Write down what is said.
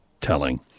telling